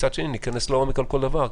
ומצד שני ניכנס לעומק בכל דבר.